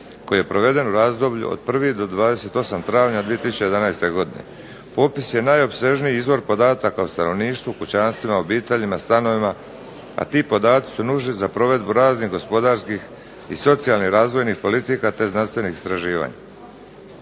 koji je proveden u razdoblju od 1. do 28. travnja 2011. godine. Popis je najopsežniji izvor podataka o stanovništvu, pučanstvima, obiteljima i stanovima, a ti podaci su nužni za provedbu raznih gospodarskih i socijalnih razvojnih politika, te znanstvenih istraživanja.